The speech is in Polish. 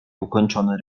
ukończony